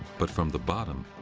but from the bottom,